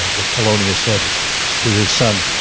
ah that polonius said to his son,